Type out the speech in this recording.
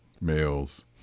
males